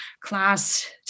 class